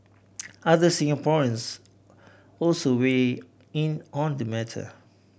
other Singaporeans also weigh in on the matter